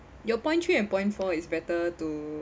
your point three and point four is better to